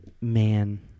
man